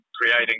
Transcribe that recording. creating